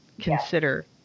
consider